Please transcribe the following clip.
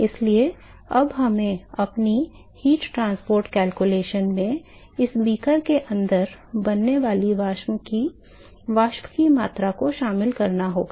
इसलिए अब हमें अपनी ऊष्मा परिवहन गणना में इस बीकर के अंदर बनने वाली वाष्प की मात्रा को शामिल करना होगा